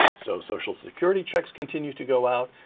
so social security checks continue to go out,